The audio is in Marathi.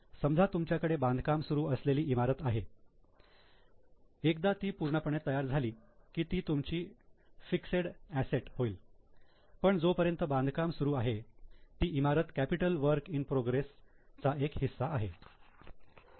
समजा तुमच्याकडे बांधकाम सुरु असलेली इमारत आहे एकदा ती पूर्णपणे तयार झाली कि ती तुमचे फिक्सेड असेट होईल पण जोपर्यंत बांधकाम सुरू आहे ती इमारत कॅपिटल वर्क इन प्रोग्रस चा एक हिस्सा असेल